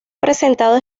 presentado